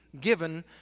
given